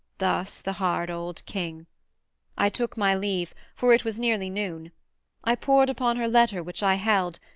thus the hard old king i took my leave, for it was nearly noon i pored upon her letter which i held,